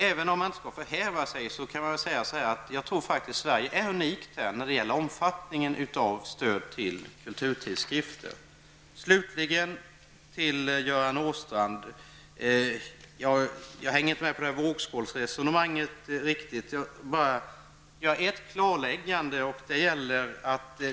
Även om man inte skall förhäva sig, tror jag mig kunna påstå att Sverige är unikt när det gäller omfattningen av stöd till kulturtidskrifter. Låt mig slutligen säga att jag inte riktigt hänger med i Görans Åstrands vågskålsresonemang.